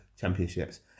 championships